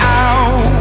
out